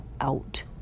out